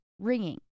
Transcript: ringing